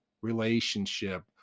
relationship